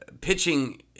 pitching